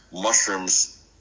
mushrooms